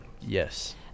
Yes